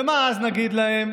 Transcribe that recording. ומה אז נגיד להם